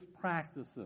practices